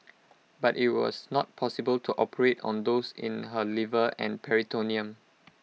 but IT was not possible to operate on those in her liver and peritoneum